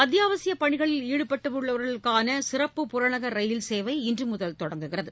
அத்தியாவசியபணிகளில் ஈடுபட்டுள்ளவர்களுக்கானசிறப்பு புறநகர் ரயில் சேவை இன்றுமுதல் தொடங்குகிறது